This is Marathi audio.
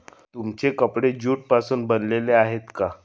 तुमचे कपडे ज्यूट पासून बनलेले आहेत का?